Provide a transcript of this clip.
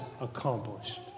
accomplished